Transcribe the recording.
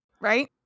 right